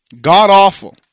God-awful